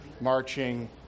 marching